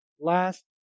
last